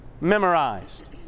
memorized